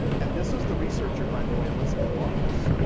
and this is the researcher by the way, elizabeth loftus,